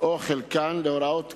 או חלקן, להוראות קבע.